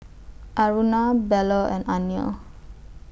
Aruna Bellur and Anil